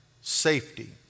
safety